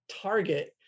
Target